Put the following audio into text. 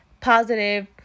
positive